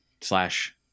slash